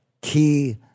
key